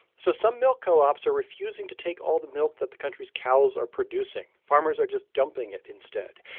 so some milk co-ops are refusing to take all the milk that the country's cows are producing. farmers are just dumping it instead.